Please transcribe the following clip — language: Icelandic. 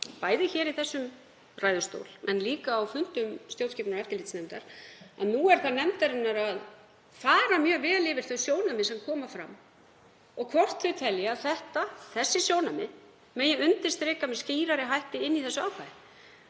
bæði hér í þessum ræðustól og líka á fundum stjórnskipunar- og eftirlitsnefndar, að nú er það nefndarinnar að fara mjög vel yfir þau sjónarmið sem koma fram og hvort hún telji að þau sjónarmið megi undirstrika með skýrari hætti í þessu ákvæði.